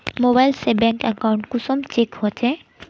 Mobile से bank account कुंसम check होचे?